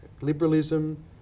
liberalism